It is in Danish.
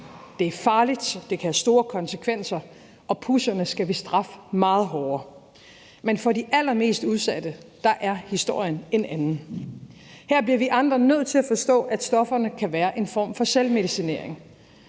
Det er farligt, det kan have store konsekvenser, og pusherne skal vi straffe meget hårdere. Men for de allermest udsatte er historien en anden. Her bliver vi andre nødt til at forstå, at stofferne kan være en form for selvmedicinering,